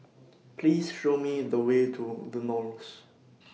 Please Show Me The Way to The Knolls